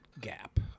gap